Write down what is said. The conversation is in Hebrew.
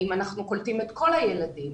האם אנחנו קולטים את כל הילדים.